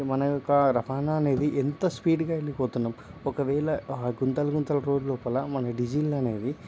ఇక మన యొక్క రవాణా అనేది ఎంత స్పీడ్గా వెళ్ళిపోతున్నం ఒకవేళ గుంతలు గుంతలు రోడ్ లోపల మన డీజిల్ అనేది